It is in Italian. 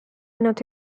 nato